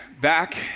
back